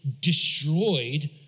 destroyed